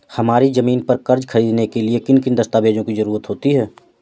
हमारी ज़मीन पर कर्ज ख़रीदने के लिए किन किन दस्तावेजों की जरूरत होती है?